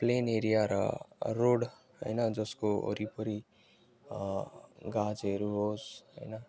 plain area र road होइन जसको वरिपरि गाछहरू होस् होइन